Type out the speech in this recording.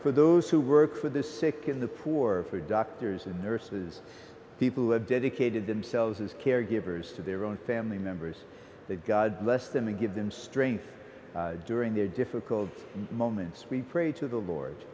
for those who work for the sick in the poor for doctors and nurses people who have dedicated themselves as caregivers to their own family members that god bless them and give them strength during their difficult moments we pray to the lord